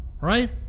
right